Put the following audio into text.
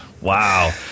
Wow